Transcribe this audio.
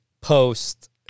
post